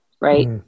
right